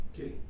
okay